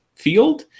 field